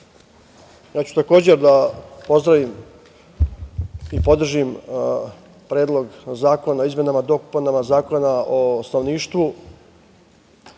ja ću takođe da pozdravim i podržim Predlog zakona i izmenama i dopunama Zakona o stanovništvu.